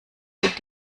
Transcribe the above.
mit